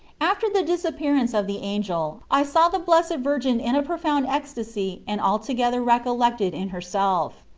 after the disappearance of the angel i saw the blessed virgin in a profound ecstasy and altogether recollected in her self.